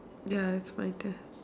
ya it's my turn